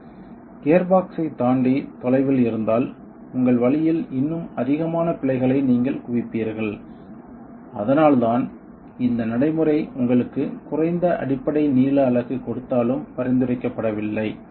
அது கியர்பாக்ஸைத் தாண்டி தொலைவில் இருந்தால் உங்கள் வழியில் இன்னும் அதிகமான பிழைகளை நீங்கள் குவிப்பீர்கள் அதனால்தான் இந்த நடைமுறை உங்களுக்கு குறைந்த அடிப்படை நீள அலகு கொடுத்தாலும் பரிந்துரைக்கப்படவில்லை